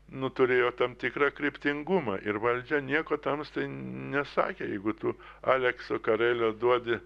nu turėjo tam tikrą kryptingumą ir valdžia nieko tamstai nesakė jeigu tu aleksio karelio duodi